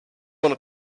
wanna